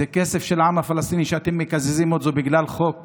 זה כסף של העם הפלסטיני שאתם מקזזים בגלל חוק